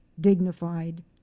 dignified